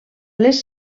les